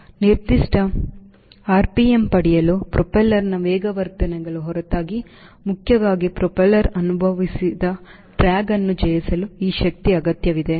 ನಿರ್ದಿಷ್ಟ rpm ಪಡೆಯಲು ಪ್ರೊಪೆಲ್ಲರ್ನ ವೇಗವರ್ಧನೆಗಳ ಹೊರತಾಗಿ ಮುಖ್ಯವಾಗಿ ಪ್ರೊಪೆಲ್ಲರ್ ಅನುಭವಿಸಿದ ಡ್ರ್ಯಾಗ್ ಅನ್ನು ಜಯಿಸಲು ಈ ಶಕ್ತಿಯ ಅಗತ್ಯವಿದೆ